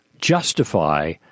justify